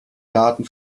daten